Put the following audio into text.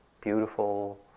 beautiful